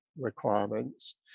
requirements